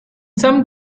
some